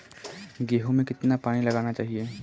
गेहूँ में कितना पानी लगाना चाहिए?